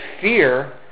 fear